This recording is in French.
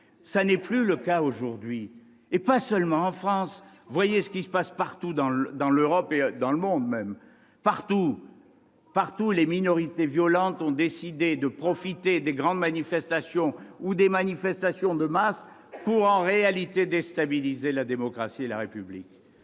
ce n'est plus la situation d'aujourd'hui, et pas seulement en France. Pourquoi ? Voyez ce qui se passe partout en Europe, et même dans le monde : partout, les minorités violentes ont décidé de profiter des grandes manifestations, des manifestations de masse, pour déstabiliser la démocratie et la République.